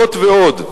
זאת ועוד,